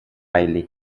riley